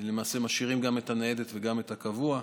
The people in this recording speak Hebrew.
למעשה משאירים גם את הניידת וגם את הקבוע.